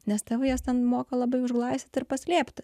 nes tėvai jas ten moka labai užglaistyti ir paslėpti